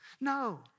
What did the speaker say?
No